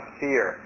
fear